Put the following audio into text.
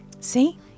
See